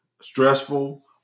Stressful